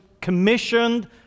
commissioned